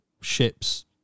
ships